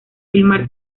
filmar